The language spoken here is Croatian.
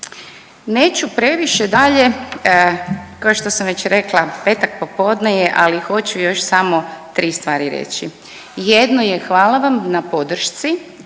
Neću previše dalje, kao što sam već rekla petak popodne je, ali hoću još samo tri stvari reći. Jedno je hvala vam na podršci